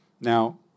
Now